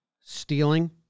stealing